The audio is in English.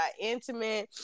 intimate